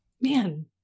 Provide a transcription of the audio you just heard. Man